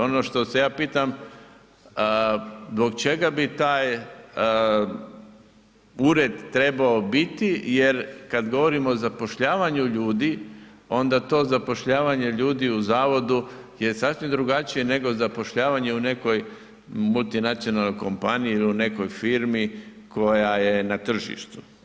Ono što se ja pitam, zbog čega bi taj ured trebao biti jer kada govorimo o zapošljavanju ljudi onda to zapošljavanje ljudi u zavodu je sasvim drugačije nego zapošljavanje u nekoj multinacionalnoj kompaniji ili u nekoj firmi koja je na tržištu.